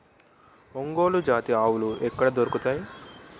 ఒంగోలు జాతి ఆవులు ఎక్కడ దొరుకుతాయి?